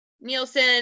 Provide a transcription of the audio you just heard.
Nielsen